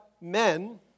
men